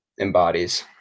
embodies